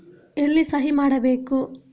ಎಲ್ಲಿ ಸಹಿ ಮಾಡಬೇಕು?